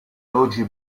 oggi